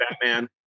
Batman